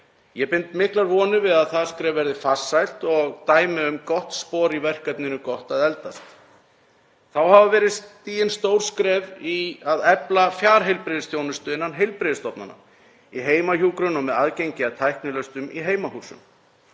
Ég bind miklar vonir við að það skref verði farsælt og dæmi um gott spor í verkefninu Gott að eldast. Þá hafa verið stigin stór skref í að efla fjarheilbrigðisþjónustu innan heilbrigðisstofnana í heimahjúkrun og með aðgengi að tæknilausnum í heimahúsum.